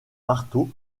marteau